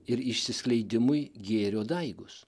ir išsiskleidimui gėrio daigus